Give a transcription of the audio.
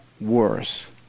worse